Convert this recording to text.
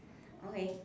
okay